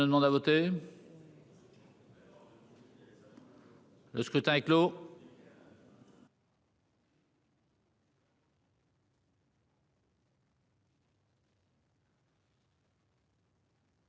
Le scrutin est clos.